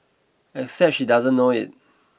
except she doesn't know it